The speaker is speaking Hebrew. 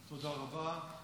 תודה רבה.